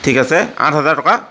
ঠিক আছে আঠ হাজাৰ টকা